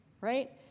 right